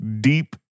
deep